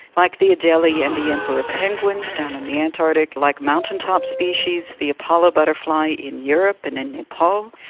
like the adelie and the emperor penguins down in the antarctic, like mountain top species, the apollo butterfly in europe and in nepal.